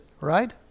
right